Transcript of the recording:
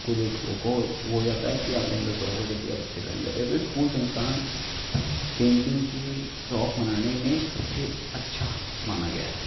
खुद एक वह हो जाता है कि आपके शौक हो जाती है आप अच्छे ड्राइंग करते हैं तो स्कूल संस्थान पेंटिंग का शौक मनाने में सबसे अच्छा माना गया है